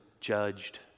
judged